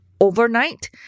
Overnight